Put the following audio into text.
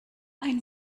ein